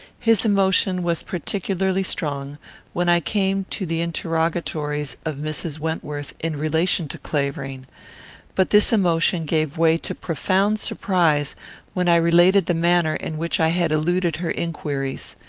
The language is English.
his emotion was particularly strong when i came to the interrogatories of mrs. wentworth in relation to clavering but this emotion gave way to profound surprise when i related the manner in which i had eluded her inquiries.